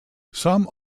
some